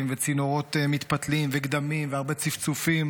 וצינורות מתפתלים וגדמים והרבה צפצופים,